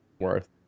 worth